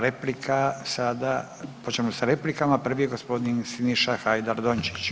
Replika sada, počinjemo sa replikama, prvi je gospodin Siniša Hajdaš Dončić.